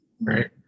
right